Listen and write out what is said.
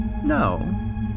no